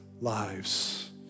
lives